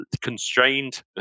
constrained